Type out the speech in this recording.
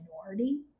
minority